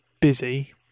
busy